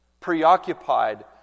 Preoccupied